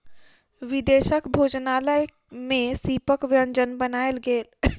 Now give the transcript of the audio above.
विदेशक भोजनालय में सीपक व्यंजन बनायल गेल